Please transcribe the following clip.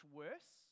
worse